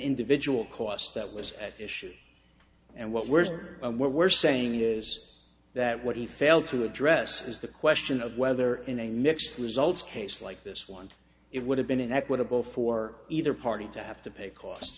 individual cost that was at issue and what we're what we're saying is that what he failed to address is the question of whether in a mixed results case like this one it would have been an equitable for either party to have to pay cost